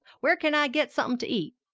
where can i get somethin' to eat?